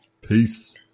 Peace